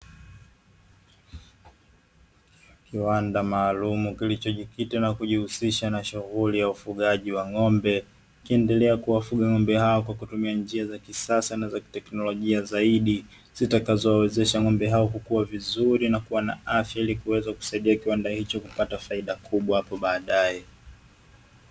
Kiwanda maalumu kilichojikita na kujihusisha na shughuli ya ufugaji wa ng’ombe, kikiendelea kuwafuga ng’ombe hao, kwa kutumia njia za kisasa na za kiteknolojia zaidi, zitakazo wawezesha ng’ombe hao kukuwa vizuri na kuwa na afya, ili kuweza kusaidia kiwanda hicho kupata faida kubwa hapo baadaye.